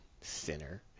Sinner